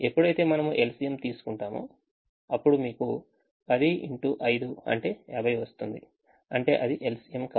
ఎప్పుడైతే మనము LCM తీసుకుంటామో అప్పుడు మీకు 10x5 అంటే 50 వస్తుంది అంటే అది LCM కాదు